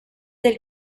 del